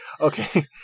Okay